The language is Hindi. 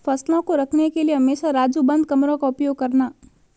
फसलों को रखने के लिए हमेशा राजू बंद कमरों का उपयोग करना